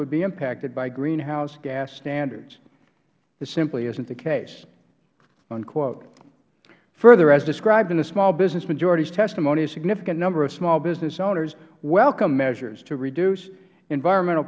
would be impacted by greenhouse gas standards this simply isn't the case further as described in the small business majority's testimony a significant number of small business owners welcome measures to reduce environmental